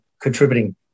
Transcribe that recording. contributing